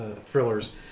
thrillers